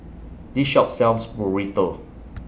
This Shop sells Burrito